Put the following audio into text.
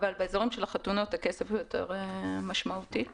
אבל באזורים של החתונות הכסף משמעותי יותר,